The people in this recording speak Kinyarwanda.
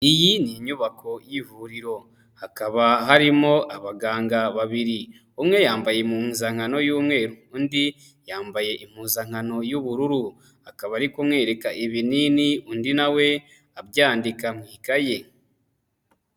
Iyi ni inyubako y'ivuriro hakaba harimo abaganga babiri, umwe yambaye impuzankano y'umweru, undi yambaye impuzankano y'ubururu, akaba ari kumwereka ibinini undi nawe abyandika mu ikaye.